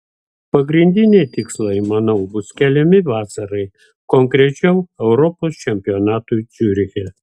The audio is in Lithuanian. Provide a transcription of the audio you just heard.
pagrindiniai tikslai manau bus keliami vasarai konkrečiau europos čempionatui ciuriche